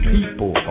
People